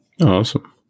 Awesome